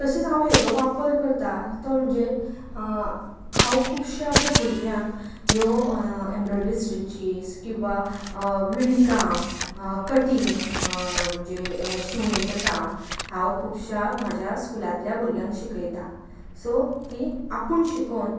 तशेंच हांव हाजो वापर करता तो म्हणजे हांव खुबश्या अश्या भुरग्यांक ह्यो एम्ब्रॉयडरी स्टिचीज किंवां विणकाम कटिंग म्हणजें हय शिवणेचें काम हांव खुबश्या म्हज्या स्कुलांतल्या भुरग्यांक शिकयतां सो तीं आपूण शिकोन